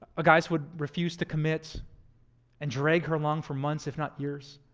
a guy who would refuse to commit and drag her along for months, if not years.